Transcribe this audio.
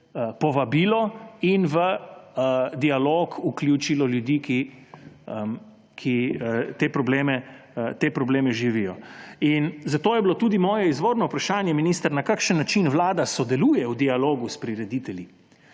povabilo in v dialog vključilo ljudi, ki te probleme živijo. Zato je bilo tudi moje izvorno vprašanje, minister, na kakšen način Vlada sodeluje v dialogu s prireditelji,